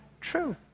true